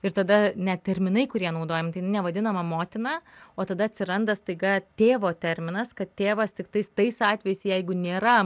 ir tada net terminai kurie naudojami tai nevadinama motina o tada atsiranda staiga tėvo terminas kad tėvas tiktais tais atvejais jeigu nėra